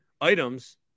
items